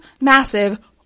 massive